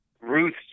Ruth